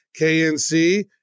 KNC